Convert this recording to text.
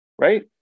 right